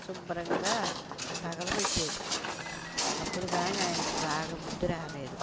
శుభ్రంగా తగలబెట్టాడు అప్పుడు కానీ ఆయనకు బాగా బుద్ధి రాలేదు